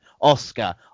Oscar